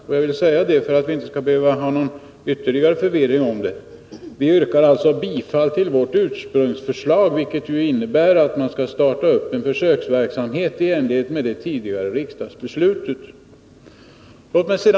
Och för att vi inte skall behöva få någon ytterligare förvirring om det: Vi yrkar bifall till vårt ursprungsförslag, vilket innebär att man skall starta en försöksverksamhet i enlighet med det tidigare riksdagsbeslutet.